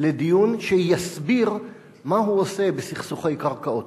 לדיון שיסביר מה הוא עושה בסכסוכי קרקעות.